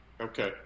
Okay